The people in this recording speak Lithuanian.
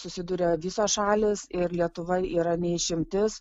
susiduria visos šalys ir lietuva yra ne išimtis